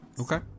okay